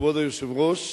כבוד היושב-ראש,